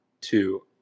two